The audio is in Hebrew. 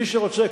מי שרוצה,